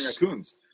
raccoons